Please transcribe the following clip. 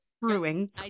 brewing